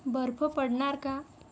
बर्फ पडणार का